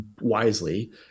wisely